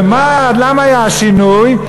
ולמה היה השינוי?